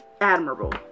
admirable